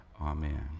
Amen